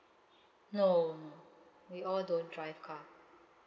no we all don't drive car